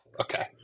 okay